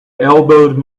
elbowed